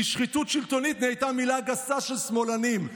כי שחיתות שלטונית נהייתה מילה גסה של שמאלנים.